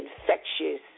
infectious